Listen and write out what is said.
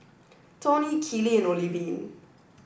Toni Keely and Olivine